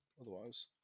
Otherwise